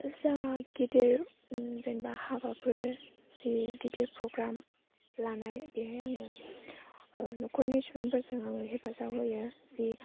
जा गिदिर जेनेबा हाबाफोर जि गिदिर प्रग्राम लानाय बेहाय आङो न'खरनि सुबुंफोरजों हेफाजाब होयो जि